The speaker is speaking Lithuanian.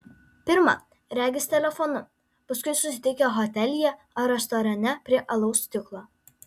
pirma regis telefonu paskui susitikę hotelyje ar restorane prie alaus stiklo